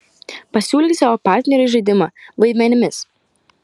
pasiūlyk savo partneriui žaidimą vaidmenimis